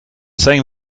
same